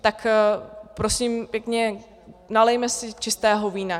Tak prosím pěkně, nalijme si čistého vína.